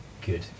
good